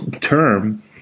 term